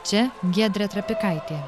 čia giedrė trapikaitė